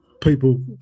people